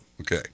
Okay